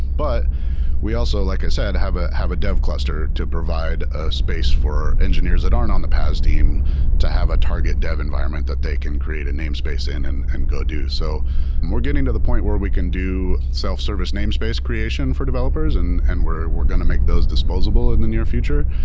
but we also, like i said, have a have a dev cluster to provide a space for engineers that aren't on the paas team to have a target dev environment that they can create a namespace in and and go do. so we're getting to the point where we can do self-service namespace creation for developers and and we're going to make those disposable in the near future.